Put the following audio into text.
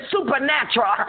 Supernatural